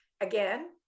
Again